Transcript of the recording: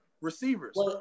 receivers